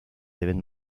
deben